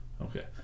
Okay